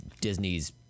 Disney's